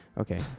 Okay